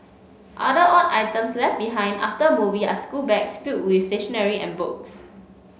other odd items left behind after a movie are schoolbags filled with stationery and books